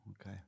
Okay